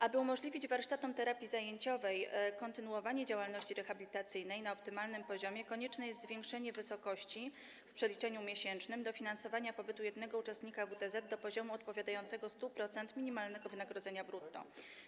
Aby umożliwić warsztatom terapii zajęciowej kontynuowanie działalności rehabilitacyjnej na optymalnym poziomie, konieczne jest zwiększenie wysokości w przeliczeniu miesięcznym dofinansowania pobytu jednego uczestnika WTZ do poziomu odpowiadającego 100% minimalnego wynagrodzenia brutto.